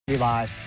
live.